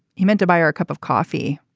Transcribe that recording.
he meant to buy her a cup of coffee,